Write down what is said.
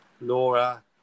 Laura